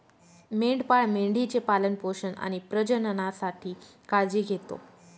मेंढपाळ मेंढी चे पालन पोषण आणि प्रजननासाठी काळजी घेतो